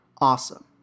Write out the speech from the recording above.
awesome